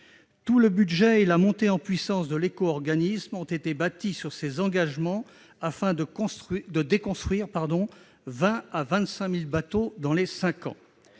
Tout le budget et la montée en puissance de l'éco-organisme ont été bâtis sur ces engagements, afin de déconstruire 20 00 à 25 000 bateaux dans les cinq ans.